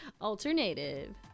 Alternative